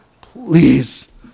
Please